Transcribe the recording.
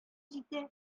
җитә